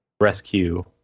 rescue